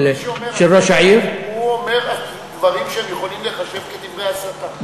כל מי שאומר אחרת אומר דברים שיכולים להיחשב דברי הסתה.